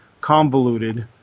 convoluted